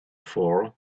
for